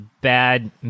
bad